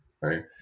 Right